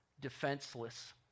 defenseless